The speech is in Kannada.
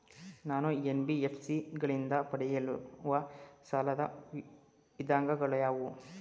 ನಾನು ಎನ್.ಬಿ.ಎಫ್.ಸಿ ಗಳಿಂದ ಪಡೆಯುವ ಸಾಲದ ವಿಧಗಳಾವುವು?